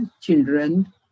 children